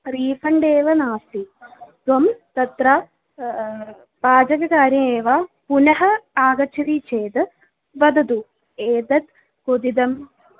refund एव नास्ति त्वं तत्र पाचककार्ये एव पुनः आगच्छति चेद् वदतु एतत् क्वथितम्